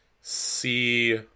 see